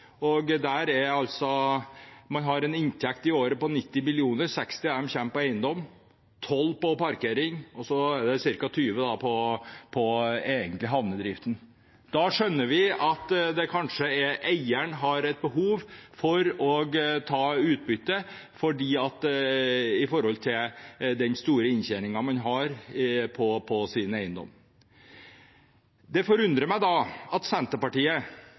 godt. Der har man inntekter på 90 mill. kr i året. 60 mill. kr av dem kommer fra eiendom, 12 mill. kr fra parkering og ca. 20 mill. kr fra selve havnedriften. Da skjønner man at eieren har et behov for å ta utbytte, når man har så stor inntjening på sin eiendom. Det forundrer meg derfor at Senterpartiet